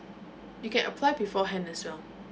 you can apply beforehand as well